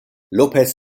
lópez